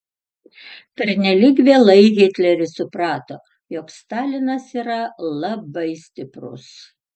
pernelyg vėlai hitleris suprato jog stalinas yra labai stiprus